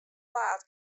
paad